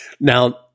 Now